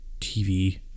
TV